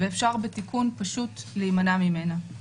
ואפשר בתיקון פשוט להימנע ממנה.